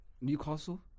Newcastle